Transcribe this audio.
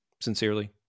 Sincerely